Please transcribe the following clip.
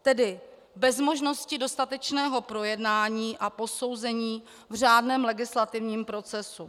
Tedy bez možnosti dostatečného projednání a posouzení v řádném legislativním procesu.